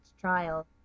trial